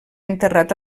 enterrat